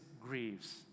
grieves